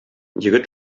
егет